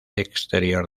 exterior